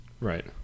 Right